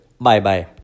Bye-bye